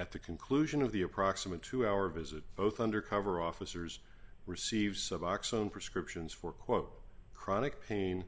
at the conclusion of the approximate two hour visit both undercover officers receive suboxone prescriptions for quote chronic pain